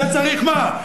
זה צריך מה?